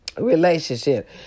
relationship